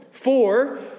Four